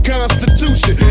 Constitution